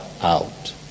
out